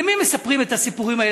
למי הם מספרים את הסיפורים האלה?